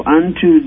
unto